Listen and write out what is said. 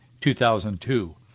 2002